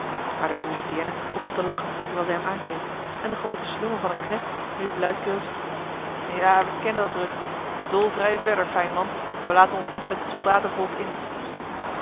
maar de boerendeerne begon te lachen terwijl zij hem aankeek en de groote slungel van een knecht riep luidkeels ja we kennen dat rusten dool vrij verder fijnman wij laten ons niet met soldatenvolk in